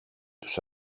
τους